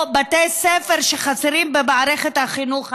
או בתי ספר, שחסרים במערכת החינוך הערבית,